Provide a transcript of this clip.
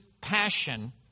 passion